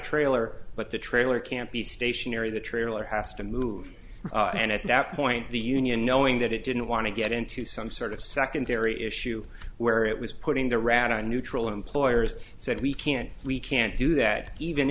trailer but the trailer can't be stationary the trailer has to move and at that point the union knowing that it didn't want to get into some sort of secondary issue where it was putting the rat on neutral employers said we can't we can't do that even